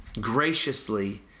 graciously